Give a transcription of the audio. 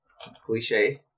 cliche